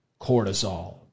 cortisol